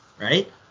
right